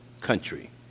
country